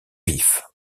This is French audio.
vif